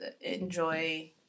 enjoy